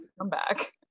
comeback